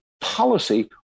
policy